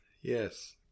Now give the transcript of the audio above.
yes